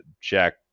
Jack